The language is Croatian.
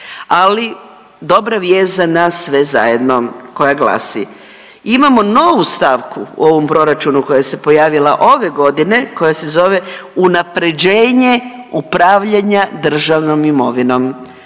Ali dobra vijest za nas sve zajedno koja glasi, imamo novu stavku u ovom proračunu koja se pojavila ove godine, koja se zove unaprjeđenje upravljanja državnom imovinom.